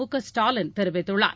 முகஸ்டாலின் தெரிவித்துள்ளார்